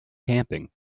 camping